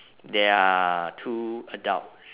there are two adults